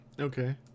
okay